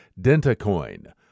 DentaCoin